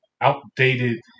outdated